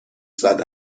زده